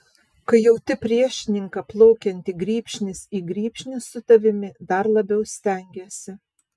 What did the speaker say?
kai jauti priešininką plaukiantį grybšnis į grybšnį su tavimi dar labiau stengiesi